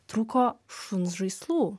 trūko šuns žaislų